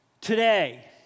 today